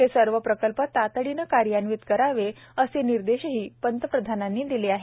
हे सर्व प्रकल्प तातडीनं कार्यान्वित करावेत असे निर्देशही पंतप्रधानांनी दिले होते